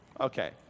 Okay